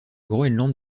groenland